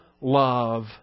love